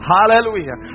Hallelujah